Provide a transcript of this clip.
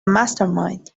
mastermind